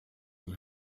and